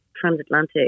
transatlantic